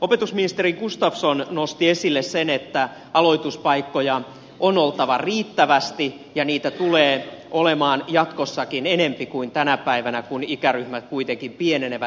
opetusministeri gustafsson nosti esille sen että aloituspaikkoja on oltava riittävästi ja niitä tulee olemaan jatkossakin enempi kuin tänä päivänä kun ikäryhmät kuitenkin pienenevät